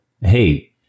hey